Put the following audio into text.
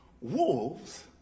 Wolves